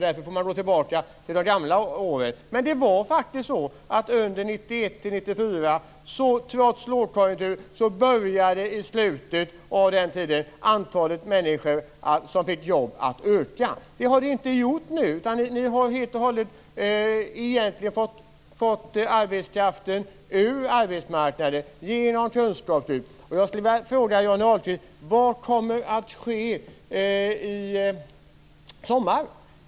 Därför får man gå tillbaka till de gamla åren. Men det var faktiskt så att i slutet av perioden 1991-1994 började antalet människor som fick jobb att öka, trots lågkonjunktur. Det har det inte gjort nu, utan ni har egentligen helt och hållet fått arbetskraften ur arbetsmarknaden genom kunskapslyftet. Jag skulle vilja fråga Johnny Ahlqvist: Vad kommer att ske i sommar?